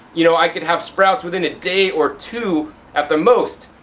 you know, i could have sprouts within a day or two at the most.